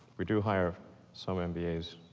we do hire some and